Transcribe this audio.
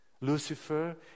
Lucifer